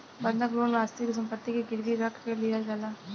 बंधक लोन वास्तविक सम्पति के गिरवी रख के लिहल जाला